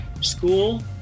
school